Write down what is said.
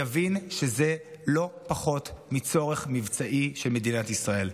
יבין שזה לא פחות מצורך מבצעי של מדינת ישראל.